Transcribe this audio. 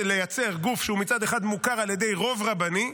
לייצר גוף שהוא, מצד אחד, מוכר על ידי רוב רבני,